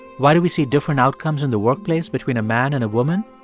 why do we see different outcomes in the workplace between a man and a woman?